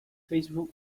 facebook